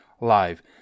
live